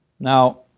Now